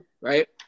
Right